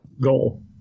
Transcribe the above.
goal